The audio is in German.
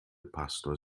pastor